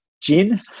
gin